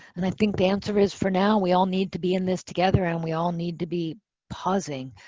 and i think the answer is for now, we all need to be in this together, and we all need to be pausing.